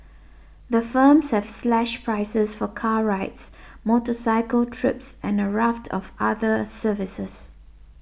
the firms have slashed prices for car rides motorcycle trips and a raft of other services